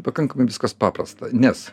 pakankamai viskas paprasta nes